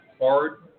hard